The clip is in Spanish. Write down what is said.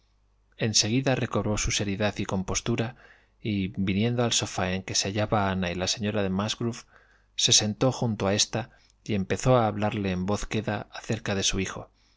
seguida recobró su seriedad y compostura y viniendo al sofá en que se hallaban ana y la señora de musgrove se sentó junto a ésta y empezó a hablarle en voz queda acerca de su hijo